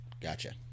Gotcha